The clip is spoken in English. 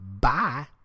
Bye